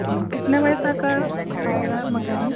ठीक कितने बजे तक आएगा मकेनिक